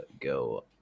go